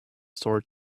sword